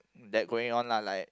that going on lah like